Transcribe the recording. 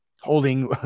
holding